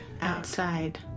outside